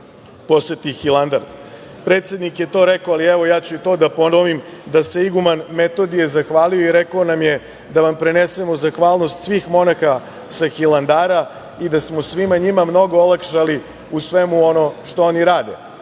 poseti Hilandar. Predsednik je to rekao, ali ja ću da ponovim, da se iguman Metodije zahvalio i rekao nam je da vam prenesemo zahvalnost svih monaha sa Hilandara i da smo svima njima mnogo olakšali u svemu ono što oni rade.